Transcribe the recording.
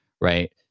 right